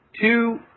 two